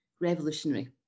revolutionary